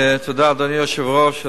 תודה, אדוני היושב-ראש.